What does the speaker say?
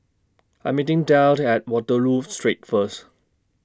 I Am meeting Delle At Waterloo Street First